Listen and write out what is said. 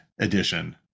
Edition